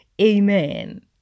Amen